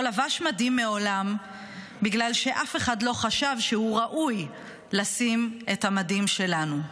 לבש מדים מעולם בגלל שאף אחד לא חשב שהוא ראוי לשים את המדים שלנו.